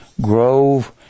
Grove